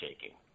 shaking